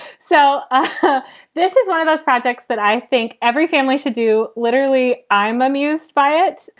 so ah this is one of those projects that i think every family should do, literally. i'm amused by it.